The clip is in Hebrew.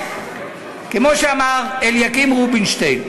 כמו שאמר אליקים רובינשטיין,